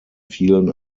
vielen